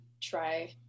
try